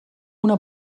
una